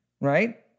right